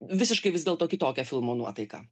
visiškai vis dėlto kitokia filmo nuotaika